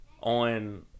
on